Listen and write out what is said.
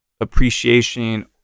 appreciation